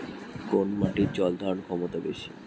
কোন মাটির জল ধারণ ক্ষমতা বেশি?